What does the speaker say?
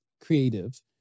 creative